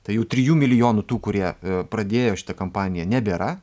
tai jų trijų milijonų tų kurie pradėjo šitą kampaniją nebėra